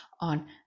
on